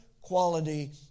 quality